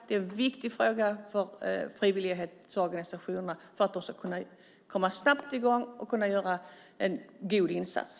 Det är viktigt för att frivilligorganisationerna ska kunna komma i gång snabbt och kunna göra en god insats.